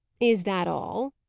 is that all?